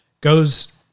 goes